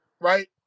Right